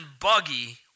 buggy